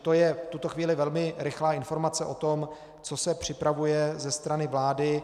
To je v tuto chvíli velmi rychlá informace o tom, co se připravuje ze strany vlády.